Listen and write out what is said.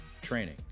Training